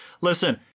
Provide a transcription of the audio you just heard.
listen